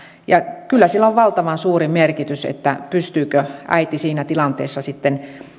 kyllä sillä on valtavan suuri merkitys pystyykö äiti siinä tilanteessa sitten